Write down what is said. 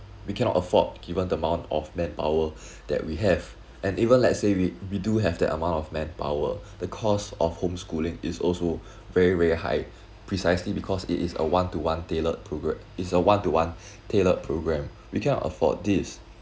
we cannot afford given the amount of manpower that we have and even let's say we we do have the amount of manpower the cost of homeschooling is also very very high precisely because it is a one to one tailored programme is a one to one tailored programme we can't afford this